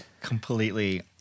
completely